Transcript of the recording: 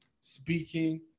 speaking